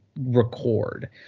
record